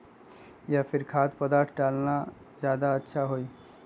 या फिर खाद्य पदार्थ डालना ज्यादा अच्छा होई?